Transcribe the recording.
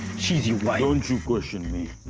she's your wife! don't you question me!